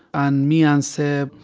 and me and seb,